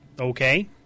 Okay